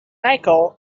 nicole